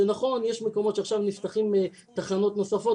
שנכון יש מקומות שעכשיו נפתחים תחנות נוספות